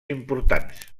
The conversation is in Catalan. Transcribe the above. importants